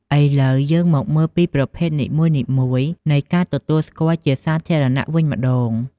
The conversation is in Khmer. ឥឡូវយើងមកមើលពីប្រភេទនីមួយៗនៃការទទួលស្គាល់ជាសាធារណៈវិញម្ដង។